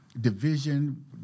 division